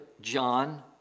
John